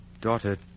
daughter